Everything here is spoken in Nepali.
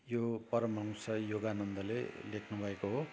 यो परमहंस योगानन्दले लेख्नुभएको हो